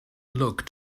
look